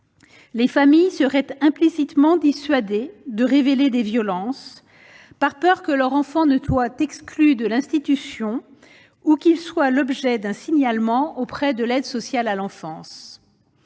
Les familles seraient implicitement dissuadées de révéler des violences, par peur que leur enfant ne soit exclu de l'institution ou qu'il soit l'objet d'un signalement auprès de l'aide sociale à l'enfance